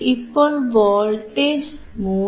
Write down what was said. ഇപ്പോൾ വോൾട്ടേജ് 3